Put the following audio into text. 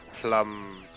plum